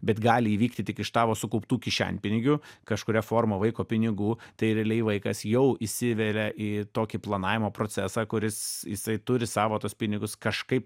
bet gali įvykti tik iš tavo sukauptų kišenpinigių kažkuria forma vaiko pinigų tai realiai vaikas jau įsiveria į tokį planavimo procesą kuris jisai turi savo tuos pinigus kažkaip